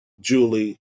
Julie